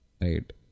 Right